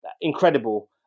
Incredible